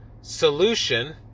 solution